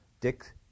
dick